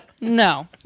No